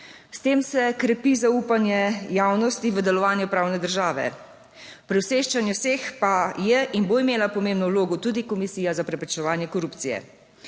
S tem se krepi zaupanje javnosti v delovanje pravne države. Pri osveščanju vseh pa je in bo imela pomembno vlogo tudi Komisija za preprečevanje korupcije.